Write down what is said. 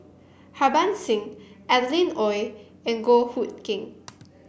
Harbans Singh Adeline Ooi and Goh Hood Keng